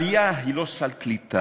עלייה היא לא סל קליטה,